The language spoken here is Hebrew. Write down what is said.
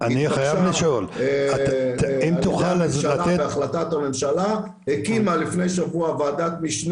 שקמה עכשיו לפי החלטה 716 צריכה שיהיו לה סמכויות כמו ועדה מחוזית,